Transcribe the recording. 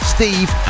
Steve